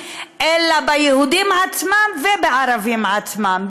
אלא ביהודים עצמם ובערבים עצמם,